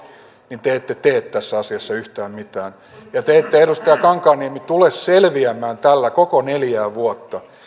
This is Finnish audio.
niin te ette tee tässä asiassa yhtään mitään ja te ette edustaja kankaanniemi tule selviämään tällä koko neljää vuotta niin